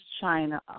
China